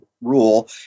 rule